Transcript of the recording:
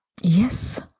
Yes